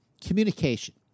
Communication